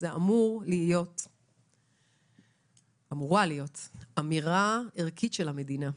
זאת הייתה אמורה להיות אמירה ערכית של המדינה.